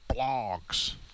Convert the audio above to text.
blogs